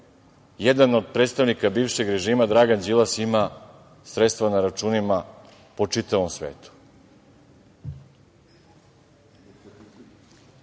jedan od predstavnika bivšeg režima Dragan Đilas ima sredstva na računima po čitavom svetu.